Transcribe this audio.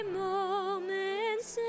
moments